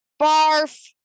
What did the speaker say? Barf